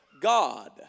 God